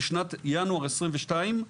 בשנת ינואר 2022,